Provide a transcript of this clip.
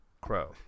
Crow